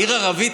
עיר ערבית,